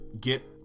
get